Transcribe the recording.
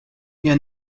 you